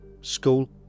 School